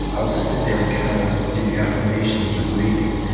i'll just sit there and kind of do affirmations or breathing,